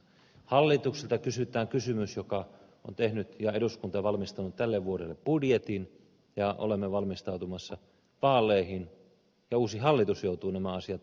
hallitukselta kysytään kysymys joka on tehty ja eduskunta on valmistanut tälle vuodelle budjetin ja olemme valmistautumassa vaaleihin ja uusi hallitus joutuu nämä asiat linjaamaan ja ratkaisemaan